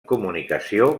comunicació